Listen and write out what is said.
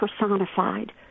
personified